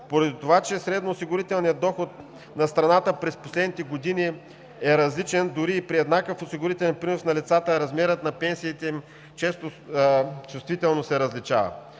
поради това, че средноосигурителният доход на страната през последните години е различен дори и при еднакъв осигурителен принос на лицата, а размерът на пенсиите им чувствително се различава.